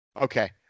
Okay